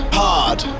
hard